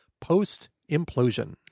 post-implosion